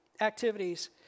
activities